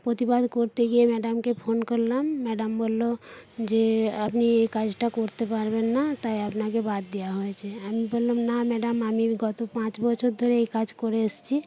প্রতিবাদ করতে গিয়ে ম্যাডামকে ফোন করলাম ম্যাডাম বলল যে আপনি এই কাজটা করতে পারবেন না তাই আপনাকে বাদ দেওয়া হয়েছে আমি বললাম না ম্যাডাম আমি গত পাঁচ বছর ধরে এই কাজ করে এসেছি